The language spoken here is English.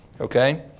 Okay